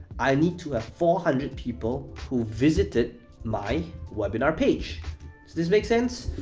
i need to have four hundred people who visited my webinar page. does this make sense?